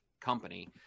company